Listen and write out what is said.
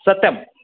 सत्यम्